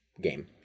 game